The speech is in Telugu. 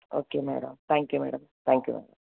okay madam thank you madam thank you